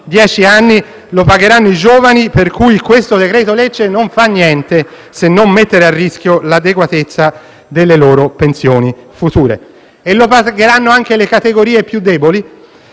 anni; lo pagheranno i giovani per cui il decreto-legge non fa niente, se non mettere a rischio l'adeguatezza delle loro pensioni future. Lo pagheranno anche le categorie più deboli